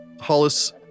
Hollis